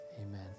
amen